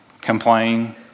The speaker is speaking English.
complain